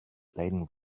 laden